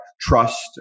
trust